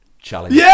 Challenge